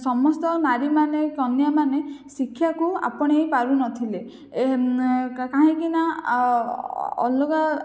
ସମସ୍ତ ନାରୀମାନେ କନ୍ୟାମାନେ ଶିକ୍ଷାକୁ ଆପଣାଇ ପାରୁନଥିଲେ କାହିଁକିନା ଅଲଗା